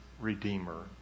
Redeemer